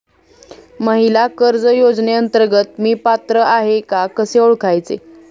महिला कर्ज योजनेअंतर्गत मी पात्र आहे का कसे ओळखायचे?